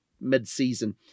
mid-season